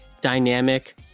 dynamic